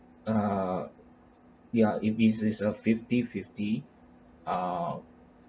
uh ya if is is a fifty fifty ah